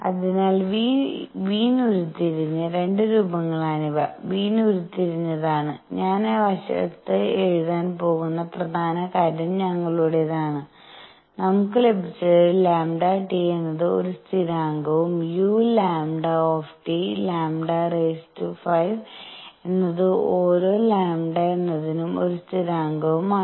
അതിനാൽ വീൻweins ഉരുത്തിരിഞ്ഞ 2 രൂപങ്ങളാണിവ വീൻ ഉരുത്തിരിഞ്ഞതാണ് ഞാൻ വശത്ത് എഴുതാൻ പോകുന്ന പ്രധാന കാര്യം ഞങ്ങളുടെതാണ് നമുക്ക് ലഭിച്ചത് λ T എന്നത് ഒരു സ്ഥിരാങ്കവും uλλ5 എന്നത് ഓരോ λ എന്നതിനും ഒരു സ്ഥിരാങ്കവുമാണ്